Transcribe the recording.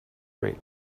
rate